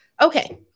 Okay